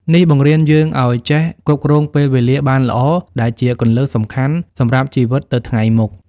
នេះបង្រៀនយើងឲ្យចេះគ្រប់គ្រងពេលវេលាបានល្អ ដែលជាគន្លឹះសំខាន់សម្រាប់ជីវិតទៅថ្ងៃមុខ។